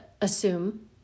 assume